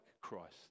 Christ